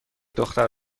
دختر